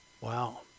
Wow